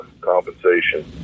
compensation